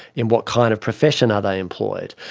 in what kind of profession are they employed?